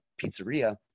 pizzeria